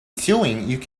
sewing